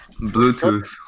Bluetooth